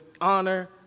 honor